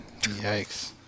Yikes